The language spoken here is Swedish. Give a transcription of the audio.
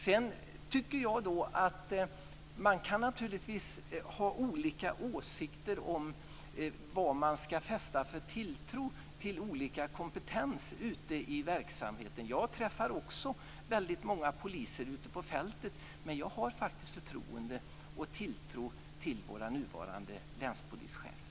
Sedan kan man naturligtvis ha olika åsikter om vilken tilltro man ska fästa till olika kompetenser ute i verksamheten. Jag träffar också väldigt många poliser ute på fältet, men jag har faktiskt förtroende för och tilltro till våra nuvarande länspolischefer.